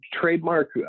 trademark